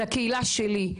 זו הקהילה שלי,